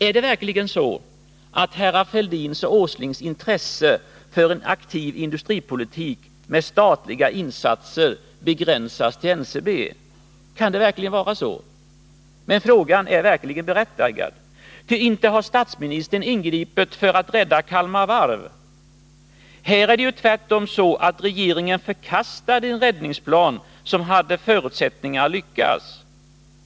Är det verkligen så att herrar Fälldins och Åslings intresse för en aktiv industripolitik med statliga insatser begränsas till NCB? Kan det vara så? Frågan är verkligen berättigad! Nr 32 Ty statsministern har inte ingripit för att rädda Kalmar Varv. Här var det ju Måndagen den tvärtom så, att regeringen förkastade en räddningsplan som hade förutsätt 24 november 1980 ningar att lyckas.